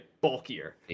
bulkier